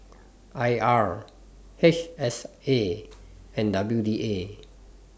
I R H S A and W D A